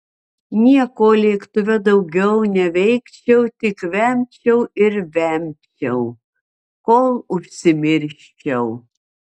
nieko lėktuve daugiau neveikčiau tik vemčiau ir vemčiau kol užsimirščiau